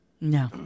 No